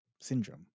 syndrome